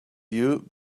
you